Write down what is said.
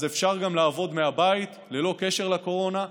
אז אפשר גם לעבוד מהבית, ללא קשר לקורונה.